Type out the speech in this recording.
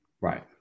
Right